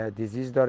disease